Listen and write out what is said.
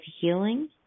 healing